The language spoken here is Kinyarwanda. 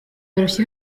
birushya